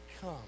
come